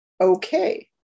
Okay